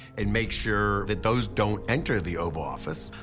and make sure that those don't enter the oval office.